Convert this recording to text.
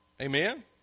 Amen